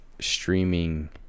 streaming